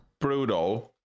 brutal